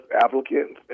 applicants